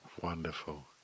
wonderful